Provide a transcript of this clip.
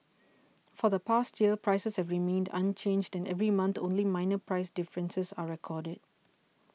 for the past year prices have remained unchanged and every month only minor price differences are recorded